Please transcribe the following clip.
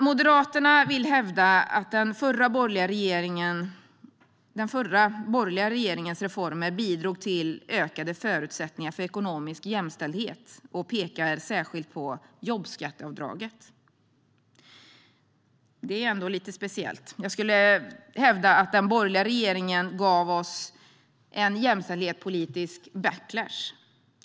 Moderaterna vill hävda att den förra, borgerliga, regeringens reformer bidrog till ökade förutsättningar för ekonomisk jämställdhet och pekar särskilt på jobbskatteavdraget. Det är ändå lite speciellt. Jag skulle hävda att den borgerliga regeringen gav oss en jämställdhetspolitisk backlash.